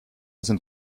sind